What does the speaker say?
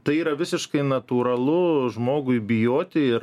tai yra visiškai natūralu žmogui bijoti ir